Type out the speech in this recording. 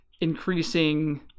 increasing